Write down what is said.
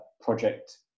project